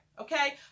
okay